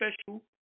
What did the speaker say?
special